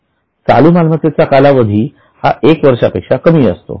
चालू मालमत्तेचा कालावधी हा एका वर्षापेक्षा कमी असतो